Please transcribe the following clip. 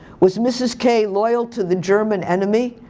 was mrs. k loyal to the german enemy?